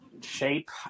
shape